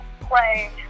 Play